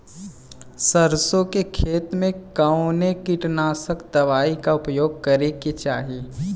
सरसों के खेत में कवने कीटनाशक दवाई क उपयोग करे के चाही?